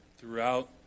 throughout